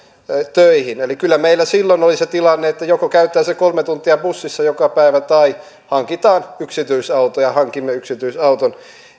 töihin eli kyllä meillä silloin oli se tilanne että joko käyttää sen kolme tuntia bussissa joka päivä tai hankitaan yksityisauto ja hankimme yksityisauton